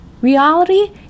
Reality